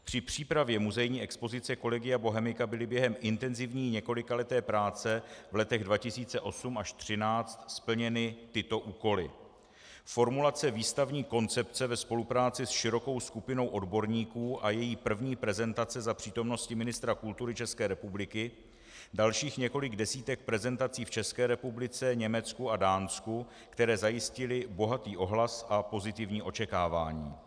Při přípravě muzejní expozice Collegia Bohemica byly během intenzivní několikaleté práce v letech 2008 až 2013 splněny tyto úkoly: Formulace výstavní koncepce ve spolupráci s širokou skupinou odborníků a její první prezentace za přítomnosti ministra kultury České republiky, dalších několik desítek prezentací v České republice, Německu a Dánsku, které zajistily bohatý ohlas a pozitivní očekávání.